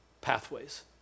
pathways